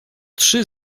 trzy